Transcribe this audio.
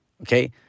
okay